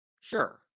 Sure